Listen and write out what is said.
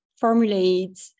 formulate